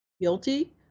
guilty